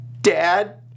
dad